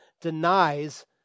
denies